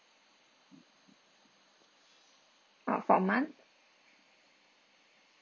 oh for a month